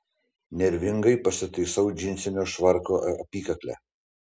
nervingai pasitaisiau džinsinio švarko apykaklę